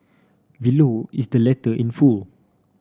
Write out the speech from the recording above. below is the letter in full